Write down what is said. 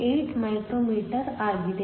8 micrometre ಆಗಿದೆ